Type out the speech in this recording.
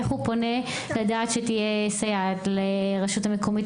איך הוא פונה לדעת שתהיה סייעת לרשות המקומית?